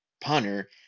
punter